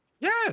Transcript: Yes